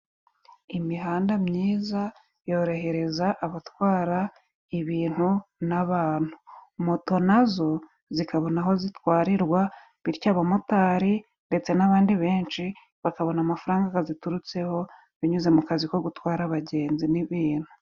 Imihanda myiza yorohereza abatwara ibintu nabantu. Moto na zo zikabona aho zitwarirwa, bityo abamotari ndetse n'abandi benshi, bakabona amafaranga gaziturutseho, binyuze mu kazi ko gutwara abagenzi n'ibintu.